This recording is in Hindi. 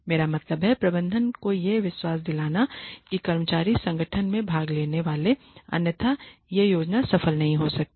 मेरा मतलब है कि प्रबंधन को यह विश्वास दिलाना होगा कि कर्मचारी संगठन में भाग लेने वाले हैं अन्यथा यह योजना सफल नहीं हो सकती